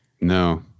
No